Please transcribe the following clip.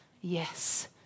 yes